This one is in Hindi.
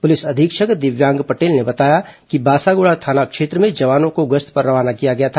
पुलिस अधीक्षक दिव्यांग पटेल ने बताया कि बासागुडा थाना क्षेत्र में जवानों को गश्त पर रवाना किया गया था